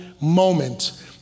moment